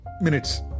minutes